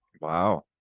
Wow